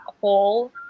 hole